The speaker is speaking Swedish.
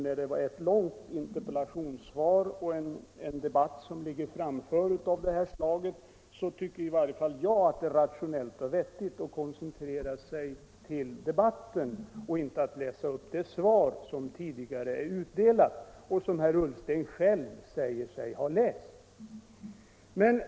När det är ett långt svar och en debatt av det här slaget ligger framför tycker i varje fall jag att det är rationellt och vettigt att koncentrera sig på debatten och inte läsa upp det svar som tidigare är utdelat och som herr Ullsten i detta fall själv säger sig ha läst.